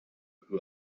who